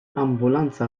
ambulanza